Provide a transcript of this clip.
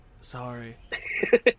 sorry